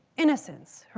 innocence,